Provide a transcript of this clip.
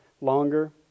longer